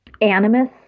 animus